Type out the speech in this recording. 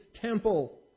temple